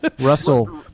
Russell